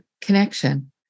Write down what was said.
connection